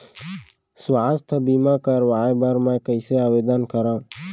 स्वास्थ्य बीमा करवाय बर मैं कइसे आवेदन करव?